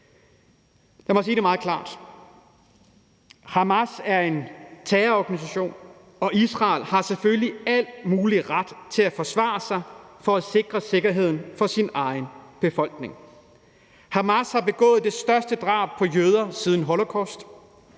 Hamas er en terrororganisation, og Israel har selvfølgelig al mulig ret til at forsvare sig for at sikre sikkerheden for sin egen befolkning. Hamas har begået det største drab på jøder siden holocaust.